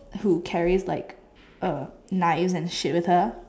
who carries like uh knife and shit with her